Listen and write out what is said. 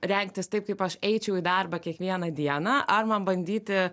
rengtis taip kaip aš eičiau į darbą kiekvieną dieną ar man bandyti